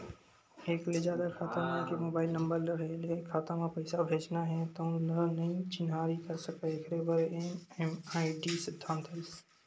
एक ले जादा खाता म एके मोबाइल नंबर रेहे ले खाता म पइसा भेजना हे तउन ल नइ चिन्हारी कर सकय एखरे बर एम.एम.आई.डी सिद्धांत आइस